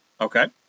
Okay